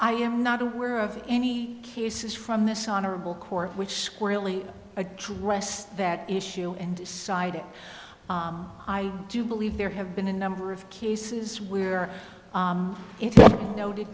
i am not aware of any cases from this honorable court which squarely addressed that issue and decided i do believe there have been a number of cases where it noted